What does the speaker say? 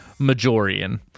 Majorian